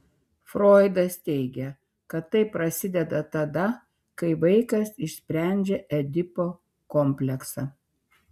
froidas teigė kad tai prasideda tada kai vaikas išsprendžia edipo kompleksą